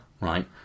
Right